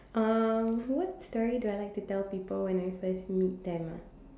um what story do I like to tell people when I first meet them ah